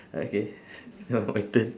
okay now my turn